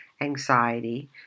anxiety